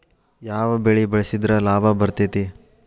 ಯಾವ ಬೆಳಿ ಬೆಳ್ಸಿದ್ರ ಲಾಭ ಬರತೇತಿ?